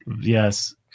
Yes